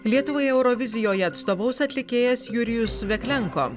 lietuvai eurovizijoje atstovaus atlikėjas jurijus veklenko